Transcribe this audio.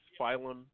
phylum